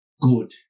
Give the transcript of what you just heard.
good